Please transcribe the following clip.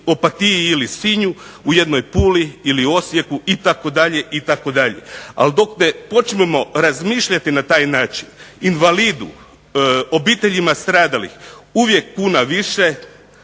Opatiji ili Sinju, u jednoj Puli ili Osijeku itd., itd. Ali, dok ne počnemo razmišljati na taj način, invalidu, obiteljima stradalih uvijek kuna više,